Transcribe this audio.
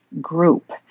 group